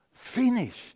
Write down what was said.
Finished